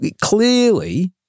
clearly